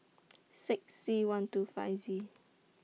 six C one two five Z